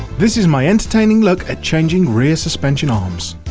this is my entertaining look at changing rear suspension arms.